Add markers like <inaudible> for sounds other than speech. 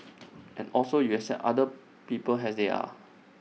<noise> and also you accept other people as they are